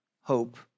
hope